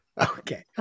Okay